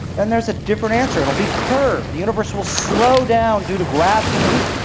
then there is a different answer, it will be curved, the universe will slow down due to gravity,